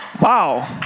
Wow